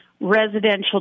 residential